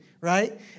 right